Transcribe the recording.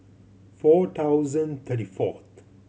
four thousand thirty fourth